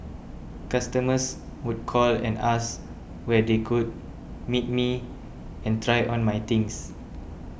customers would call and ask where they could meet me and try on my things